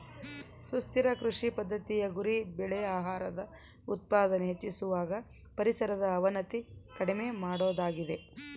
ಸುಸ್ಥಿರ ಕೃಷಿ ಪದ್ದತಿಯ ಗುರಿ ಬೆಳೆ ಆಹಾರದ ಉತ್ಪಾದನೆ ಹೆಚ್ಚಿಸುವಾಗ ಪರಿಸರದ ಅವನತಿ ಕಡಿಮೆ ಮಾಡೋದಾಗಿದೆ